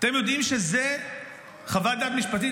אתם יודעים שזה חוות דעת משפטית?